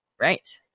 Right